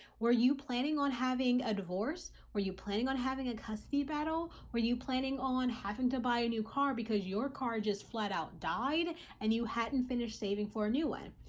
were you planning on having a divorce? were you planning on having a custody battle? where you planning on having to buy a new car because your car just flat out died and you hadn't finished saving for a new one?